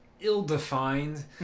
ill-defined